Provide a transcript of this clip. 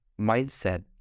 mindset